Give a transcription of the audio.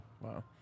Wow